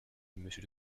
monsieur